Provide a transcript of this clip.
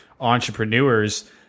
entrepreneurs